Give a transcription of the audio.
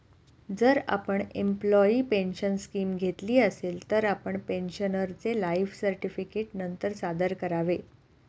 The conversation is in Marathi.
जर आपण एम्प्लॉयी पेन्शन स्कीम घेतली असेल, तर आपण पेन्शनरचे लाइफ सर्टिफिकेट नंतर सादर करावे